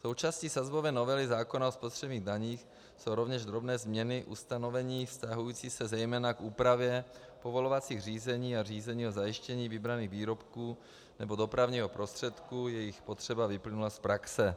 Součástí sazbové novely zákona o spotřebních daních jsou rovněž drobné změny ustanovení vztahující se zejména k úpravě povolovacích řízení a řízení o zajištění vybraných výrobků nebo dopravního prostředku, jejichž potřeba vyplynula z praxe.